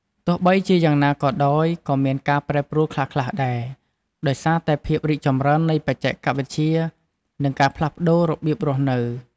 ទោះបីជាយ៉ាងណាក៏ដោយ ក៏មានការប្រែប្រួលខ្លះៗដែរ ដោយសារតែភាពរីកចម្រើននៃបច្ចេកវិទ្យា និងការផ្លាស់ប្តូររបៀបរស់នៅ។